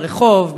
ברחוב,